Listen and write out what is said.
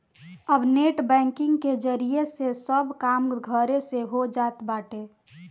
अब net banking के जरिया से सब काम घरे से हो जात बाटे